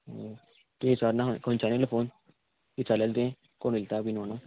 तुयें विचारना खंयच्यान येयलो फोन विचारलेलें तुयें कोण उलयता बीन म्हणोन